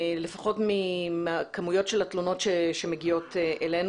לפחות מהכמויות של התלונות שמגיעות אלינו